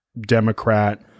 Democrat